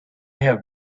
have